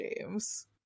James